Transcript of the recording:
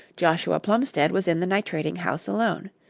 joshua plumstead was in the nitrating-house alone.